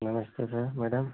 नमस्ते ma'am madam